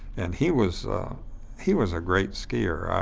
and he was he was a great skier.